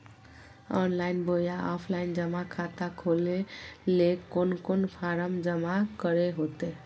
Online बोया offline जमा खाता खोले ले कोन कोन फॉर्म जमा करे होते?